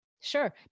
Sure